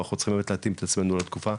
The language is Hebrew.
ואנחנו צריכים להתאים את עצמנו לתקופה.